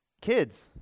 Kids